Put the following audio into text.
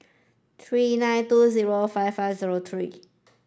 three nine two zero five five zero three